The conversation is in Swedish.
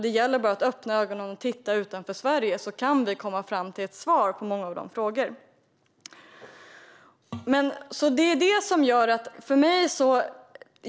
Det gäller bara att öppna ögonen och titta utanför Sverige, så kan vi komma fram till ett svar på många av dessa frågor.